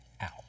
out